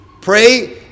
Pray